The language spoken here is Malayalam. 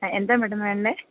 ആ എന്താണ് മേഡം വേണ്ടത്